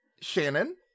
Shannon